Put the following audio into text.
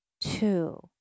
Two